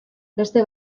beste